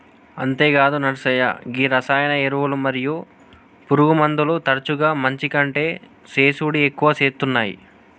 అంతేగాదు నర్సయ్య గీ రసాయన ఎరువులు మరియు పురుగుమందులు తరచుగా మంచి కంటే సేసుడి ఎక్కువ సేత్తునాయి